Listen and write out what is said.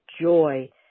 joy